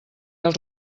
els